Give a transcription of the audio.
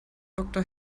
doktor